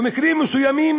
במקרים מסוימים